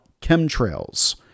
chemtrails